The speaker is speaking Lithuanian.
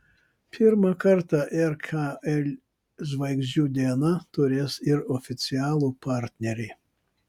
pirmą kartą rkl žvaigždžių diena turės ir oficialų partnerį